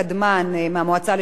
מהמועצה לשלום הילד,